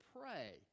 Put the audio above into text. pray